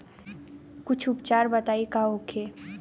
कुछ उपचार बताई का होखे?